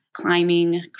climbing